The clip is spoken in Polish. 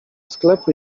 sklepu